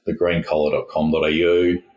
thegreencollar.com.au